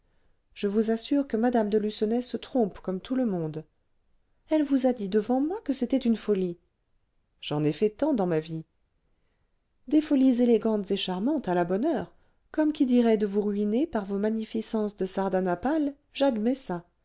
je vous assure que mme de lucenay se trompe comme tout le monde elle vous a dit devant moi que c'était une folie j'en ai tant fait dans ma vie des folies élégantes et charmantes à la bonne heure comme qui dirait de vous ruiner par vos magnificences de sardanapale j'admets ça